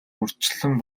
урьдчилан